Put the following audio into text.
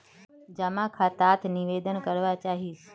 जमा खाता त निवेदन करवा चाहीस?